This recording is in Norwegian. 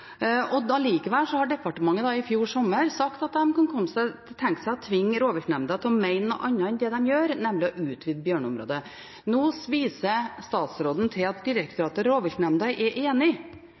og allikevel sa departementet i fjor sommer at de kunne tenke seg å tvinge rovviltnemnda til å mene noe annet enn det de gjør, nemlig å utvide bjørneområdet. Nå viser statsråden til at direktoratet og rovviltnemnda er